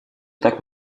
так